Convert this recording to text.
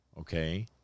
okay